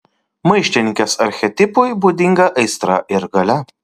maištininkės archetipui būdinga aistra ir galia